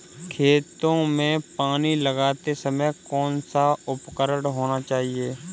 खेतों में पानी लगाते समय कौन सा उपकरण होना चाहिए?